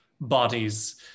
bodies